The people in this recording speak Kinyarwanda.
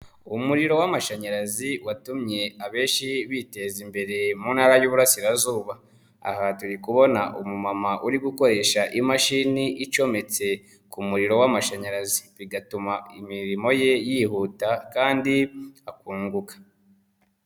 Umuriro w'amashanyarazi watumye abenshi biteza imbere mu ntara y'Iburasirazuba, aha turi kubona umumama uri gukoresha imashini icometse ku muriro w'amashanyarazi bigatuma imirimo ye yihuta kandi akunguka.